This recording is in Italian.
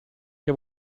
che